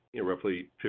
roughly